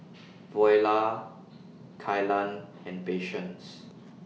Viola Kylan and Patience